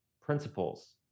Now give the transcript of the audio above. principles